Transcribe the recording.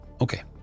Okay